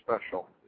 special